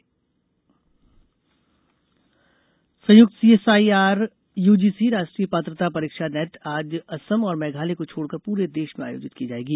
net परीक्षा संयुक्त CSIR UGC राष्ट्रीय पात्रता परीक्षा नेट आज असम और मेघालय को छोड़कर पूरे देश में आयोजित की जाएगी